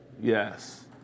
Yes